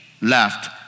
left